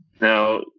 Now